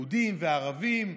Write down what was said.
יהודים וערבים,